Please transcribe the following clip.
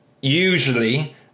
usually